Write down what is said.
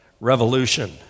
revolution